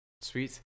Sweet